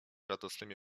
radosnymi